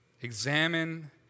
Examine